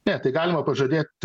ne tai galima pažadėt